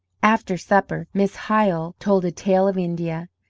after supper miss hyle told a tale of india,